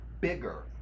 bigger